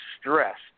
stressed